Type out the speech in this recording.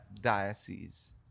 diocese